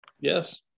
Yes